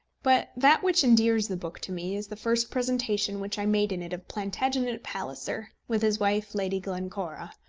but that which endears the book to me is the first presentation which i made in it of plantagenet palliser, with his wife, lady glencora.